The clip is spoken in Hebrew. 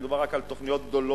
מדובר רק על תוכניות גדולות,